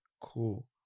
Cool